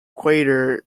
equator